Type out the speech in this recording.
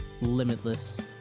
limitless